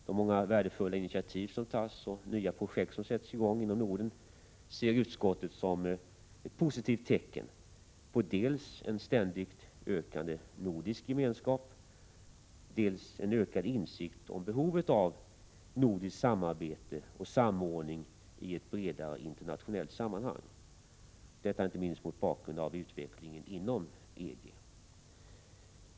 De många värdefulla initiativ som tas och nya projekt som sätts i gång inom Norden ser utskottet som ett positivt tecken på dels en ständigt ökande nordisk gemenskap, dels en ökad insikt om behovet av nordiskt samarbete och samordning i ett bredare internationellt sammanhang — detta inte minst mot bakgrund av utvecklingen inom EG.